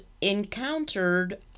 encountered